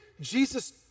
Jesus